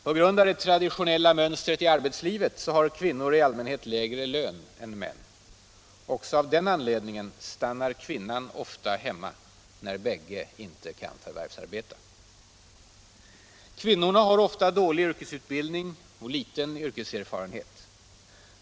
På grund av det traditionella mönstret i arbetslivet har kvinnor i allmänhet lägre lön än män. Också av den anledningen stannar kvinnan ofta hemma när bägge inte kan förvärvsarbeta. Kvinnorna har ofta dålig yrkesutbildning och liten yrkeserfarenhet.